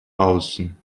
außen